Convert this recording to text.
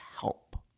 help